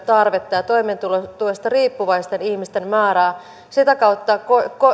tarvetta ja toimeentulotuesta riippuvaisten ihmisten määrää sitä kautta